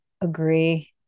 agree